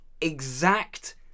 exact